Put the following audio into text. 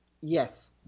yes